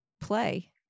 play